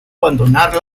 abandonar